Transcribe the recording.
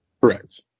Correct